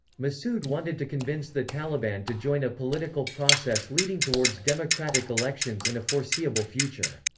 massoud wanted to convince the taliban to join a political process leading towards democratic elections in a foreseeable future.